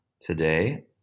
Today